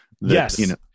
Yes